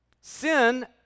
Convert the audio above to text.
Sin